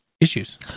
Issues